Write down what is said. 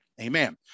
Amen